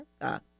America